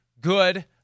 Good